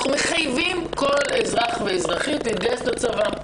אנחנו מחייבים כל אזרח ואזרחית להתגייס לצבא.